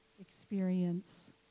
experience